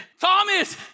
Thomas